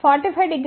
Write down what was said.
50 22